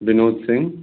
Binod Singh